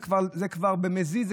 זה כבר במזיד,